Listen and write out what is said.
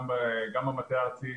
גם המטה הארצי,